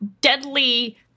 deadly